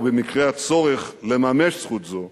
ובמקרה הצורך לממש זכות זו,